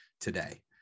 today